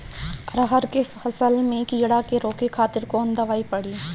अरहर के फसल में कीड़ा के रोके खातिर कौन दवाई पड़ी?